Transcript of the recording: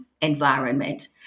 environment